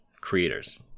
creators